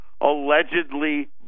allegedly